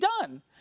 done